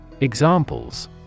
Examples